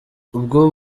ubwo